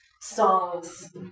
songs